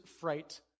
fright